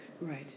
Right